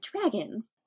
dragons